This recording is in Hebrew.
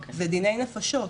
זה דיני נפשות.